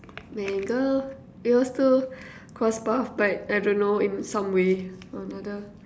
man girl it will still cross path but I don't know in some way or another